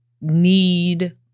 need